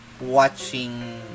watching